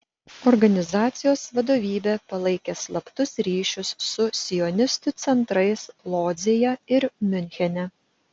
organizacijos vadovybė palaikė slaptus ryšius su sionistų centrais lodzėje ir miunchene